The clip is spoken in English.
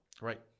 right